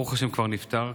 ברוך השם, כבר נפתר.